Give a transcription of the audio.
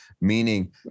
meaning